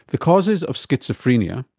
the causes of schizophrenia,